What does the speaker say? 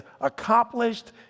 accomplished